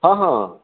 हँ हँ